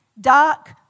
dark